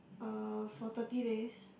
uh for thirty days